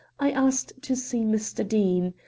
i asked to see mr. deane.